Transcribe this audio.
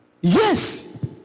yes